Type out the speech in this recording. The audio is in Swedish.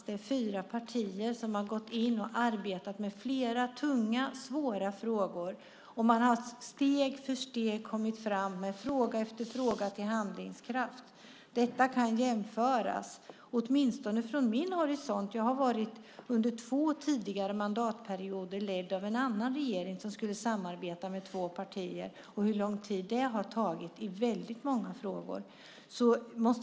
Det är fyra partier som har arbetat med flera tunga, svåra frågor och som steg för steg och med handlingskraft har kommit fram i fråga efter fråga. Jag har under två tidigare mandatperioder varit ledd av en annan regering som skulle samarbeta med två partier och kan jämföra med hur lång tid det tog i väldigt många frågor.